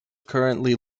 currently